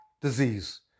disease